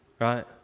Right